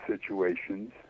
situations